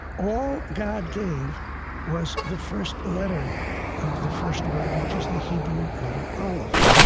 all god gave was the first letter of the first word, which is the hebrew letter aleph,